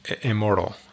Immortal